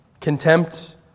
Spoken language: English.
contempt